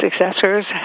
successors